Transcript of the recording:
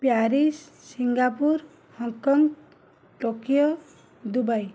Paris Singapore Hong Kong Tokyo Dubai